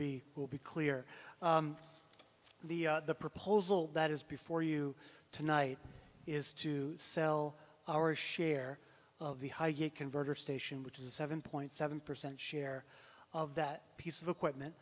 be will be clear the proposal that is before you tonight is to sell our share of the highgate converter station which is a seven point seven percent share of that piece of equipment